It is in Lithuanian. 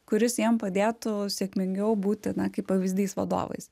kuris jiem padėtų sėkmingiau būti na kaip pavyzdys vadovais